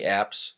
apps